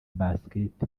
basket